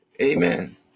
Amen